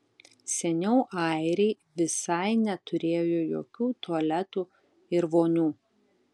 seniau airiai visai neturėjo jokių tualetų ir vonių